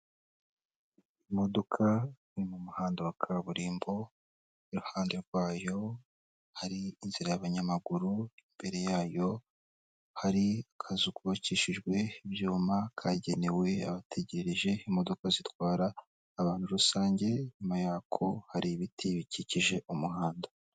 Imodoka iri mu muhanda wa kaburimbo, iruhande rwayo hari inzira abanyamaguru, imbere yayo hari akazu kubakishijwe ibyuma, kagenewe abategereje imodoka zitwara abantu rusange, nyuma yako hari ibiti bikikije umuhanda.